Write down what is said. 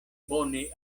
bone